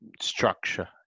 structure